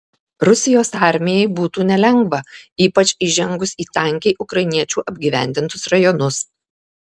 rusijos armijai būtų nelengva ypač įžengus į tankiai ukrainiečių apgyvendintus regionus